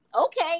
Okay